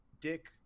Dick